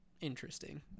interesting